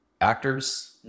actors